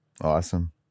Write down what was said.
Awesome